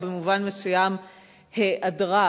או במובן מסוים היעדרה,